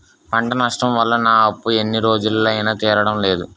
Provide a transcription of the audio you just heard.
పంట నష్టం వల్ల నా అప్పు ఎన్ని రోజులైనా తీరడం లేదు